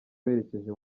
berekeje